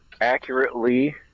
accurately